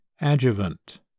Adjuvant